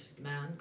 man